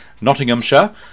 Nottinghamshire